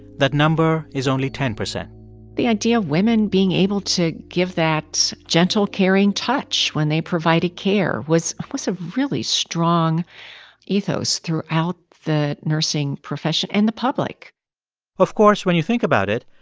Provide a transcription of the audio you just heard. that number is only ten percent the idea of women being able to give that gentle, caring touch when they provided care was was a really strong ethos throughout the nursing profession and the public of course, when you think about it,